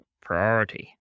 priority